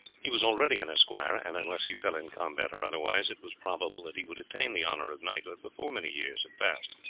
he was already an esquire, and unless he fell in combat or otherwise, it was probable that he would attain the honour of knighthood before many years had passed.